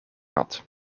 had